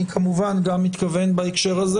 אני כמובן גם מתכוון בהקשר הזה